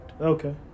Okay